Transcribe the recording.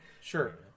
Sure